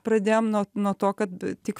pradėjom nuo nuo to kad tik